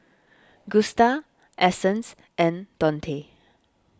Gusta Essence and Dontae